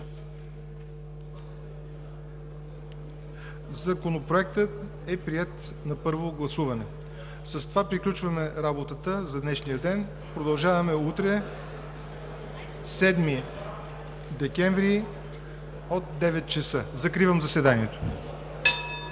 Законопроектът е приет на първо гласуване. С това приключваме работата за днешния ден. Продължаваме утре – 7 декември, от 9,00 ч. Закривам заседанието.